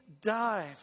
dive